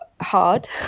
hard